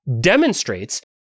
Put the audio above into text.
demonstrates